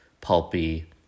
pulpy